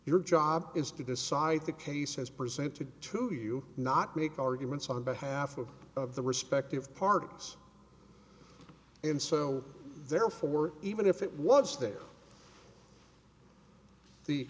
your job is to decide the case as presented to you not make arguments on behalf of of the respective parties and so therefore even if it was there